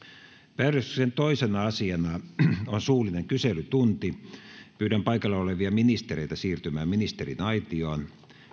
päiväjärjestyksen toisena asiana on suullinen kyselytunti pyydän paikalla olevia ministereitä siirtymään ministeriaitioon